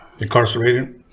Incarcerated